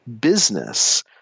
business